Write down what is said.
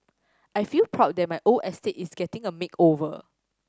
I feel proud that my old estate is getting a makeover